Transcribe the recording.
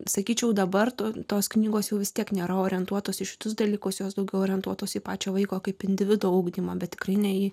sakyčiau dabar tu tos knygos jau vis tiek nėra orientuotos į šituos dalykus jos daugiau orientuotos į pačio vaiko kaip individo ugdymą bet tikrai ne į